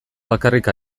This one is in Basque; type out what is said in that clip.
bakarrik